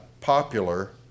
popular